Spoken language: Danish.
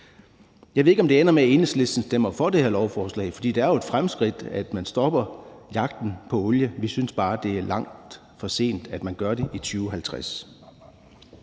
Jeg ved ikke, om det ender med, at Enhedslisten stemmer for det her lovforslag, for det er jo et fremskridt, at man stopper jagten på olie. Vi synes bare, det er alt for sent, at man gør det i 2050.